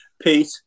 Pete